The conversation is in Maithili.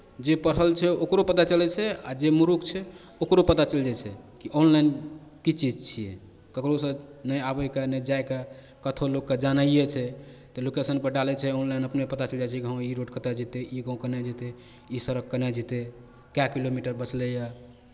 जे पढ़ल छै ओकरो पता चलै छै आ जे मुरूख छै ओकरो पता चलि जाइ छै कि ऑनलाइन की चीज छियै ककरोसँ नहि आबयके नहि जायके कतहु लोकके जेनाइए छै तऽ लोकेशनपर डालै छै ऑनलाइन अपने पता चलि जाइ छै कि हँ ई रोड कतय जेतै ई गाँव केन्नऽ जेतै ई सड़क केन्नऽ जेतै कए किलोमीटर बचलैए